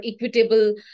equitable